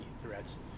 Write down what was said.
threats